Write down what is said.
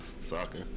soccer